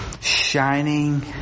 shining